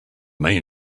main